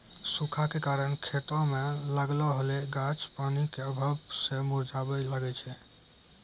सूखा के कारण खेतो मे लागलो होलो गाछ पानी के अभाव मे मुरझाबै लागै छै